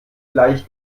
gleich